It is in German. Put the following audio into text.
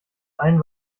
ein